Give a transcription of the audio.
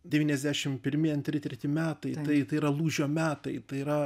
devyniasdešim pirmi antri treti metai tai tai yra lūžio metai tai yra